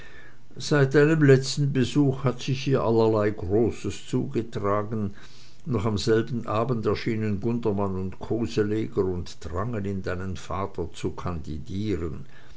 seit deinem letzten besuch hat sich hier allerlei großes zugetragen noch am selben abend erschienen gundermann und koseleger und drangen in deinen vater zu kandidieren